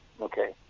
Okay